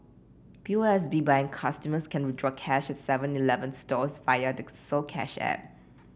P O S B Bank customers can withdraw cash at seven Eleven stores via the soCash app